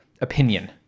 opinion